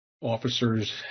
officers